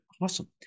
awesome